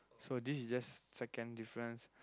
so this is just second difference